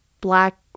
black